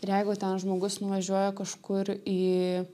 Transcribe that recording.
ir jeigu ten žmogus nuvažiuoja kažkur į